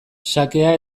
xakea